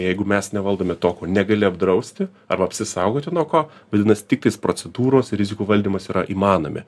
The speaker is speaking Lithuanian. jeigu mes nevaldome to ko negali apdrausti arba apsisaugoti nuo ko vadinasi tiktais procedūros ir rizikų valdymas yra įmanomi